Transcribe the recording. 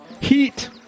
Heat